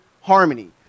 harmony